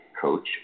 Coach